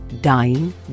dying